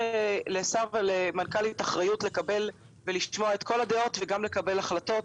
לשר ולמנכ"לית יש אחריות לשמוע את כל הדעות וגם לקבל החלטות,